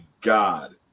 God